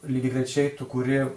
lygiagrečiai tu kūri